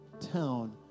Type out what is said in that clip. town